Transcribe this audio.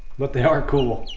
but they are cool